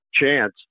chance